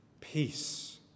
peace